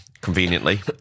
Conveniently